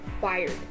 fired